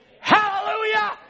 Hallelujah